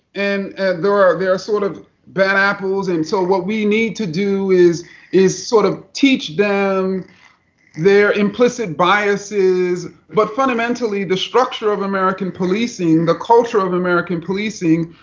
and and there are sort of bad apples, and so what we need to do is is sort of teach them their implicit biases, but, fundamentally, the structure of american policing, the culture of american policing,